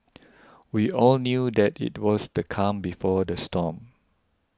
we all knew that it was the calm before the storm